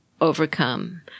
overcome